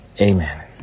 Amen